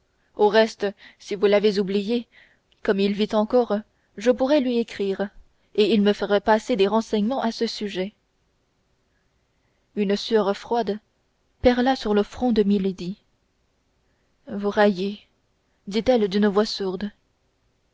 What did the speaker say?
au reste si vous l'avez oublié comme il vit encore je pourrais lui écrire et il me ferait passer des renseignements à ce sujet une sueur froide perla sur le front de milady vous raillez dit-elle d'une voix sourde